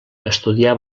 estudià